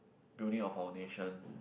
building our foundation